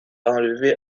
enlevé